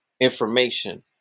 information